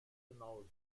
genau